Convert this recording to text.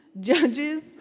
judges